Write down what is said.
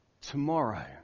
tomorrow